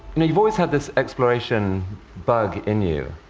you've always had this exploration bug in you.